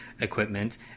equipment